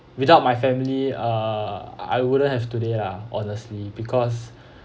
without my family uh I wouldn't have today lah honestly because